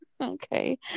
Okay